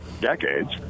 decades